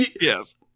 Yes